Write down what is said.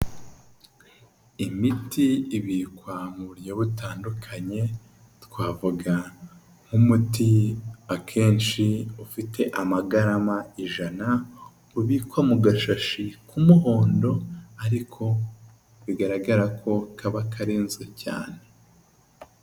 Imiti ibikwa mu buryo butandukanye, twavuga nk'umuti akenshi ufite amagarama ijana, ubikwa mu gashashi k'umuhondo ariko bigaragara ko kaba karinzwe cyane.